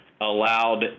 allowed